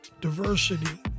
diversity